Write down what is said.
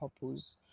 purpose